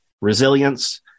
resilience